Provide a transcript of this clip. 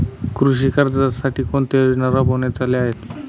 कृषी कर्जासाठी कोणत्या योजना राबविण्यात आल्या आहेत?